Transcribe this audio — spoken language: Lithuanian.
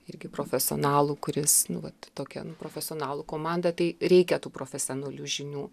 irgi profesionalų kuris nu vat tokia nu profesionalų komanda tai reikia tų profesionalių žinių